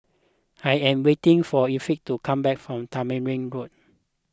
I am waiting for Effie to come back from Tamarind Road